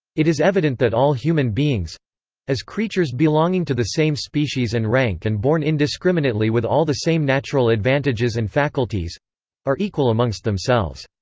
it is evident that all human beings as creatures belonging to the same species and rank and born indiscriminately with all the same natural advantages and faculties are equal amongst themselves.